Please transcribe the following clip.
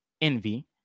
Envy